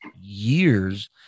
years